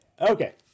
Okay